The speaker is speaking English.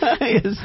yes